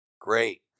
Great